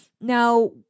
Now